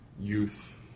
youth